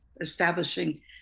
establishing